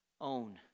Own